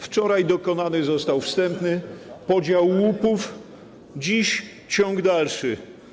Wczoraj dokonany został wstępny podział łupów, dziś ciąg dalszy.